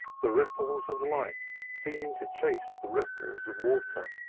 the ripples of light seeming to chase the ripples of water.